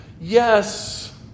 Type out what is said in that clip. Yes